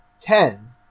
ten